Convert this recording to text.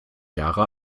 jahre